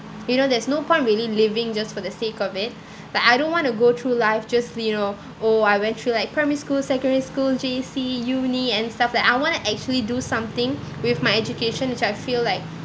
you know there's no point really living just for the sake of it but I don't want to go through life just you know oh I went through like primary school secondary school J_C uni and stuff that I want to actually do something with my education which I feel like